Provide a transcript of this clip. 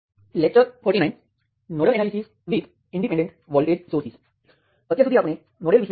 હવે આપણે જોઈશું કે કરંટ નિયંત્રિત સ્ત્રોતના કિસ્સામાં શું થાય છે પ્રથમ કરંટ નિયંત્રિત વોલ્ટેજ સ્ત્રોત ધ્યાનમાં લેવામાં આવશે